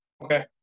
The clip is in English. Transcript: Okay